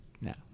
No